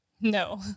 No